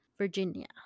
Virginia